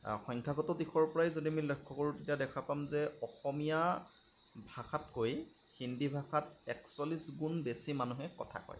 সংখ্যাগত দিশৰ পৰাই যদি আমি যদি লক্ষ্য কৰোঁ তেতিয়া দেখা পাম যে অসমীয়া ভাষাতকৈ হিন্দী ভাষাত একচল্লিছ গুণ বেছি মানুহে কথা কয়